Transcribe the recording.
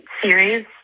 series